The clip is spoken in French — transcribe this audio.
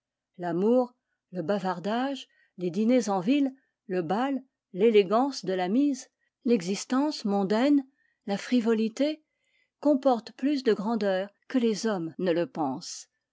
l'amour le bavardage les dîners en ville le bal l'élégance de la mise l'existence mondaine la frivolité comportent plus de grandeur que les hommes ne le pensent